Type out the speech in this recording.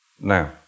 now